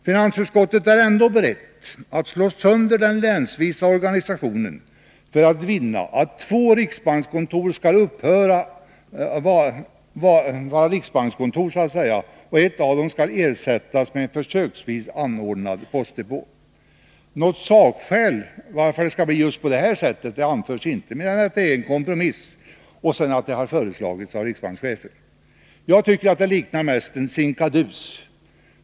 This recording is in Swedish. Finansutskottet är ändå berett att slå sönder den länsvisa organisationen för att vinna att två riksbankskontor skall upphöra, varav ett skall ersättas med en försöksvis anordnad postdepå. Något sakskäl till att det skall bli just på det här sättet anförs inte, utom att det är en kompromiss och att det har föreslagits av riksbankschefen. Jag tycker att det mest liknar en sinkadus.